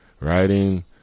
writing